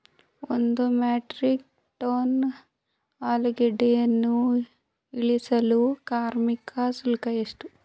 ಒಂದು metric ton ಆಲೂಗೆಡ್ಡೆಯನ್ನು ಇಳಿಸಲು ಕಾರ್ಮಿಕ ಶುಲ್ಕ ಎಷ್ಟು?